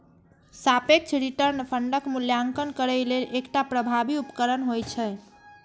सापेक्ष रिटर्न फंडक मूल्यांकन करै लेल एकटा प्रभावी उपकरण होइ छै